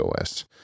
OS